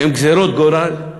הן גזירות גורל?